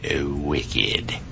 wicked